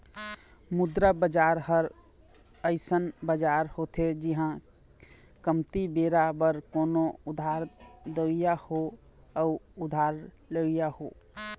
मुद्रा बजार ह अइसन बजार होथे जिहाँ कमती बेरा बर कोनो उधार देवइया हो अउ उधार लेवइया हो